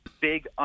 big